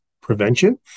prevention